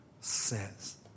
says